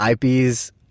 IPs